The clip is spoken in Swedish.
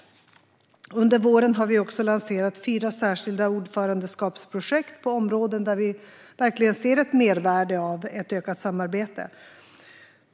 Under våren har vi också lanserat fyra särskilda ordförandeskapsprojekt på områden där vi ser ett mervärde av ett ökat samarbete.